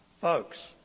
folks